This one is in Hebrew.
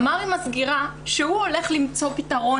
אמר עם הסגירה שהוא הולך למצוא פתרון